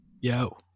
Yo